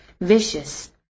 vicious